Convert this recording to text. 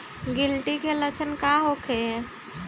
गिलटी के लक्षण का होखे?